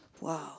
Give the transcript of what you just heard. Wow